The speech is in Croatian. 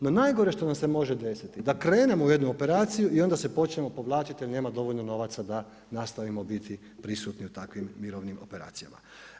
No najgore što nam se može desiti, da krenemo u jednu operaciju i onda se počnemo povlačiti jer nema dovoljno novaca da nastavimo biti prisutni u takvim mirovnim operacijama.